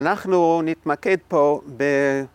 ‫אנחנו נתמקד פה ב...